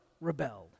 rebelled